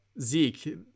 Zeke